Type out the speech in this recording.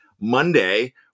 Monday